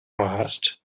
asked